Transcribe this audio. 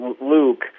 Luke